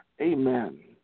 Amen